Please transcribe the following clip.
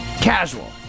casual